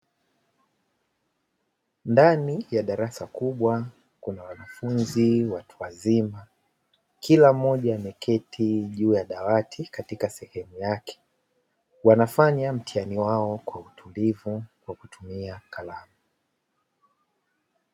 Ndani ya darasa kubwa, kuna wanafunzi watu wazima, kila mmoja ameketi juu ya dawati katika sehemu yake, wanafanya mtihani wao kwa utulivu kwa kutumia kalamu.